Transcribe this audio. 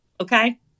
Okay